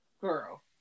girl